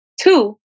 Two